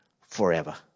forever